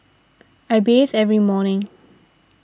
I bathe every morning